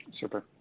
Super